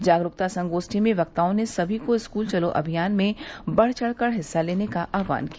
जागरूकता संगोष्ठी में वक्ताओं ने सभी से स्कूल चलो अभिायान में बढ़ चढ़ कर हिस्सा लेने का आहवान किया